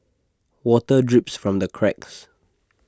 water drips from the cracks